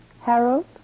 Harold